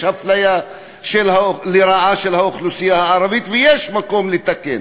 הפליה לרעה של האוכלוסייה הערבית ויש מקום לתקן.